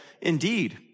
Indeed